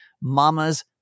Mama's